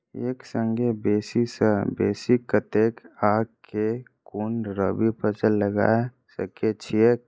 एक संगे बेसी सऽ बेसी कतेक आ केँ कुन रबी फसल लगा सकै छियैक?